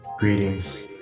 Greetings